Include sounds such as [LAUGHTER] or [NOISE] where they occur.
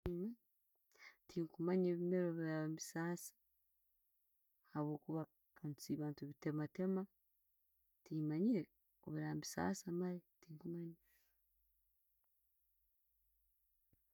[HESITATION] Tikimanja obundi ebimera bwebiraba nebisasa habwokuba nka tussiba netubitematema, timanyire bwebiraba nebisaasa maaali, tenkimanya.